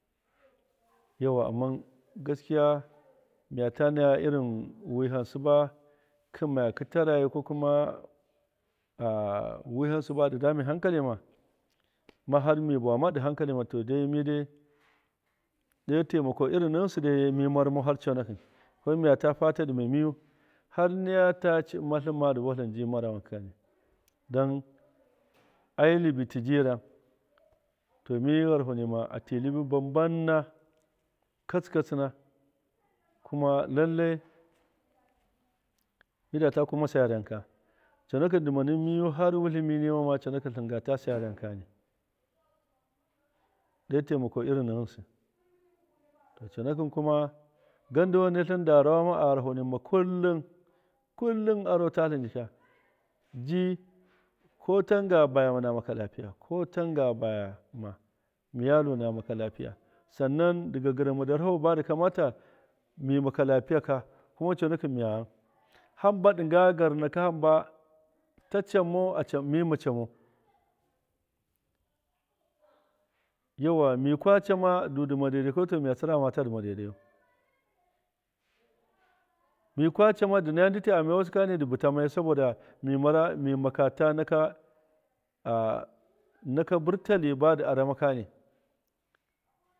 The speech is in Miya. Yauwa anman gaskiya miyata naya irin wiham stab ktmayakt tu rayi kokuma a wiham ndi damt hanka lima nahar mi vawama do hakali ma to dai midai taumako nayinst har conaki mi marmou har coonaki kuma niyata cibima hinma ndi buwa tlin ndibt marama kari dan ai nlibt tiiji raan to mi sheroni ma a tii nlibt ba bamna katsikatsina kuma lai lar midata kuma saa roonka coonaki ndimadi miya har wuti mi nimamu coonaki tlinga ta saa raankari do taimako lrino ghinst to coonaki kama gandi ne rawama sharono nima kullum kullun arotatim jiika rdii kotonga bayama na makana tlafigs ko tongas basama miya una makana tlafiba sanna ndi gthama darhatio bakama ta mi makama tlafigaka kuma coonaki miya humba diga garnake ta commun mima comau gauwa mika cama duma dadaiya mi tsiramc maa dauidaiya mika canmu tii sabida a maiwasi mi tsiramata naka burtali bou ndi crama kani.